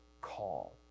call